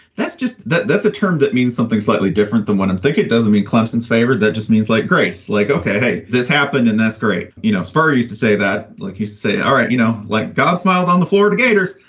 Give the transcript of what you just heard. that's just that's a term that means something slightly different than what i'm thinking. doesn't mean clemson's favorite. that just means like grace, like, ok, this happened and that's great. you know, spurrier used to say that, like you say. all right. you know, like god smiled on the florida gators.